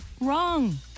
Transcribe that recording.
wrong